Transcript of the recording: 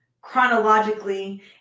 chronologically